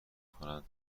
کنند